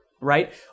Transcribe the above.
right